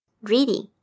reading